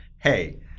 hey